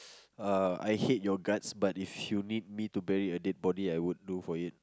uh I hate your guts but if you need me to bury a dead body I would do for it